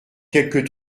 quelques